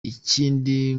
ikindi